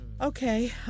Okay